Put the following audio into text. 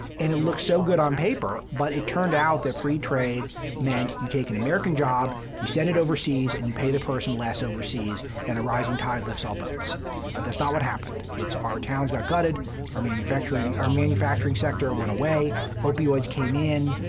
and it looked so good on paper, but it turned out that free trade meant you take an american job, you send it overseas, and you pay the person less overseas, and a rising tide lifts all boats. but that's not what happened. it's our towns got gutted our manufacturing our manufacturing sector went away opioids came in.